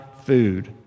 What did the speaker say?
food